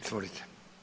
Izvolite.